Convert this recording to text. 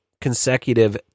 consecutive